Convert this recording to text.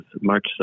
March